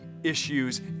issues